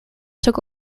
took